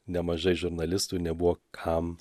nemažai žurnalistų nebuvo kam